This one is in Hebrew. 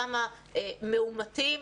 כמה מאומתים,